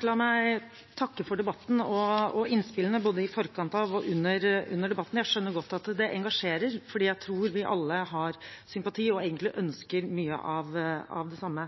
La meg takke for debatten og innspillene, både i forkant av og under debatten. Jeg skjønner godt at det engasjerer, for jeg tror vi alle har sympati og egentlig ønsker mye av det samme.